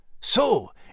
So